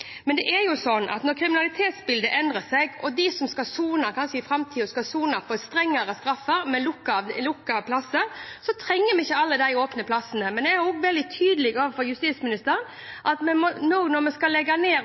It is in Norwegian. Men når kriminalitetsbildet endrer seg og de som skal sone i framtiden, kanskje skal sone på strengere straffer med lukkede plasser, trenger vi ikke alle de åpne plassene. Men jeg er også veldig tydelig overfor justisministeren om at når vi nå skal legge ned